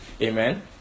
Amen